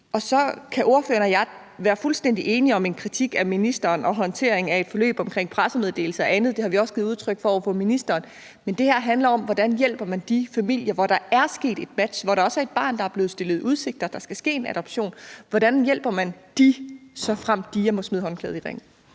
Så kan ordføreren og jeg være fuldstændig enige om en kritik af ministeren og af håndteringen af et forløb omkring pressemeddelelser og andet. Det har vi også givet udtryk for over for ministeren. Men det her handler om, hvordan man hjælper de familier, hvor der er et match, og hvor der også er et barn, der er blevet stillet i udsigt, at der skal ske en adoption. Hvordan hjælper man dem, såfremt DIA må smide håndklædet i ringen?